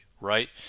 right